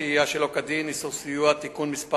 (תיקון מס'